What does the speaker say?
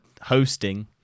hosting